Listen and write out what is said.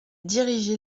dirigé